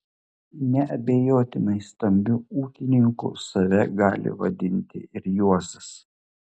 neabejotinai stambiu ūkininku save gali vadinti ir juozas